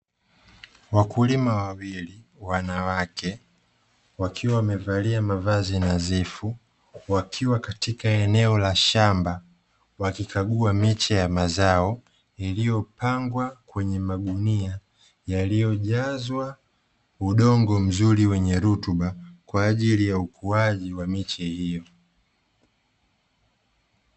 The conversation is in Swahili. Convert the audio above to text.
Wakulima wawili, wanawake, wakiwa wamevalia mavazi nadhifu wakiwa katika eneo la shamba. Wakikagua miche ya mazao iliyopangwa kwenye magunia yaliyojazwa udongo mzuri wenye rutuba kwa ajili ya ukuaji wa miche hiyo.